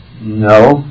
No